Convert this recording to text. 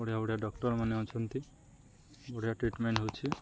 ବଢ଼ିଆ ବଢ଼ିଆ ଡକ୍ଟରମାନେ ଅଛନ୍ତି ବଢ଼ିଆ ଟ୍ରିଟମେଣ୍ଟ ହେଉଛି